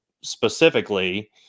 specifically